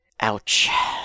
Ouch